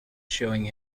showing